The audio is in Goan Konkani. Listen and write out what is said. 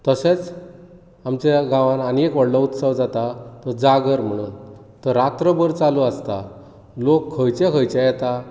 तशेंत आमच्या गांवांत आनी एक उत्सव जाता तो जागर म्हणून तो रात्रभर चालू आसता लोक खंयचे खंयचे येतात